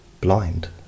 blind